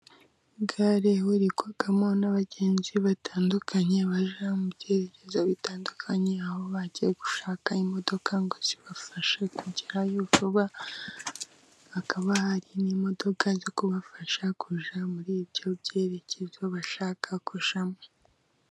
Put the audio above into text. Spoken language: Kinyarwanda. Gare ihurirwamo n'abagenzi batandukanye bajya mu byerekezo bitandukanye, aho bagiye gushaka imodoka ngo zibafashe kugerayo vuba, hakaba hari n'imodoka zo kubafasha kujya muri ibyo byerekezo bashaka kujyamo.